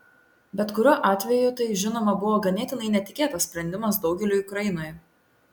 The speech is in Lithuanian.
bet kuriuo atveju tai žinoma buvo ganėtinai netikėtas sprendimas daugeliui ukrainoje